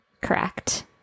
Correct